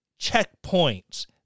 checkpoints